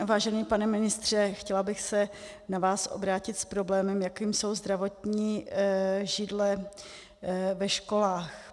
Vážený pane ministře, chtěla bych se na vás obrátit s problémem, jakým jsou zdravotní židle ve školách.